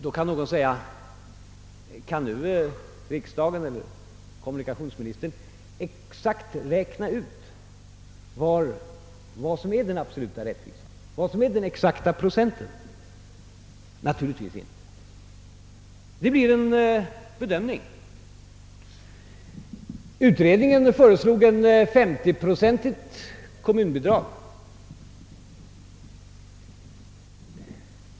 Nu kan någon fråga: Men kan då riksdagen eller kommunikationsministern räkna ut den exakta procenten och vad som är den absoluta rättvisan? Naturligtvis inte. Det blir en bedömningsfråga. Utredningen föreslog ett 50-procentigt kommunbidrag.